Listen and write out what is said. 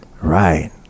Right